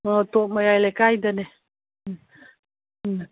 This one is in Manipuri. ꯍꯣ ꯇꯣꯞ ꯃꯌꯥꯏ ꯂꯩꯀꯥꯏꯗꯅꯤ ꯎꯝ